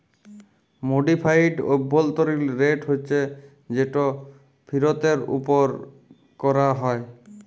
modified অভ্যলতরিল rate হছে যেট ফিরতের উপর ক্যরা হ্যয়